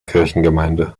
kirchengemeinde